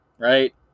right